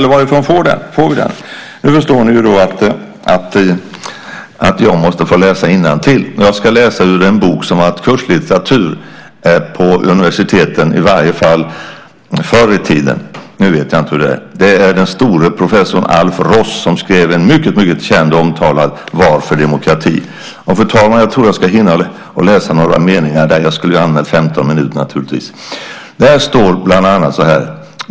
Varifrån får vi den? Då förstår ni att jag måste få läsa innantill. Jag ska läsa ur en bok som var kurslitteratur på universiteten, i varje fall förr i tiden, nu vet jag inte hur det är. Det var den store professorn Alf Ross som skrev en mycket känd och omtalad bok, Varför demokrati? Fru talman! Jag tror att jag ska hinna läsa några meningar ur den.